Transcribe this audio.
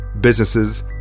businesses